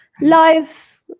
Life